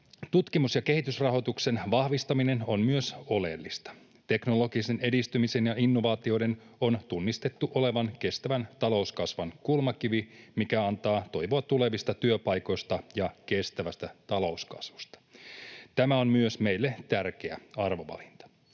Tutkimus‑ ja kehitysrahoituksen vahvistaminen on myös oleellista. Teknologisen edistymisen ja innovaatioiden on tunnistettu olevan kestävän talouskasvun kulmakivi, mikä antaa toivoa tulevista työpaikoista ja kestävästä talouskasvusta. Tämä on meille myös tärkeä arvovalinta.